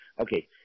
Okay